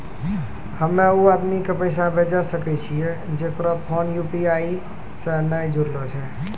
हम्मय उ आदमी के पैसा भेजै सकय छियै जेकरो फोन यु.पी.आई से नैय जूरलो छै?